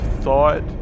thought